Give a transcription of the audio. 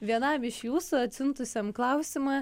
vienam iš jūsų atsiuntusiam klausimą